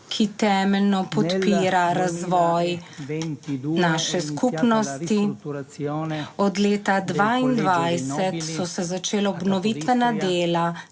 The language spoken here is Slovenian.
ki temeljno podpira razvoj naše skupnosti. Od leta 2022 so se začela obnovitvena dela